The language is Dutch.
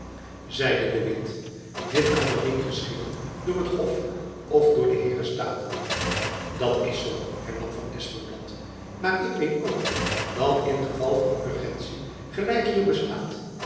zeide de witt dit kan alleen geschieden door het hof of door de heeren staten dat is zoo hernam van espenblad maar ik weet ook dat in geval van urgentie gelijk hier bestaat